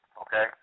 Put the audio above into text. Okay